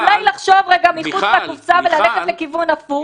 אז אולי לחשוב רגע מחוץ לקופסה וללכת לכיוון הפוך?